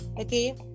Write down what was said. Okay